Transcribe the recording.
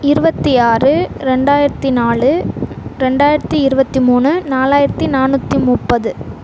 இருபத்தி ஆறு ரெண்டாயிரத்தி நாலு ரெண்டாயிரத்தி இருபத்தி மூணு நாலாயிரத்தி நானூற்றி முப்பது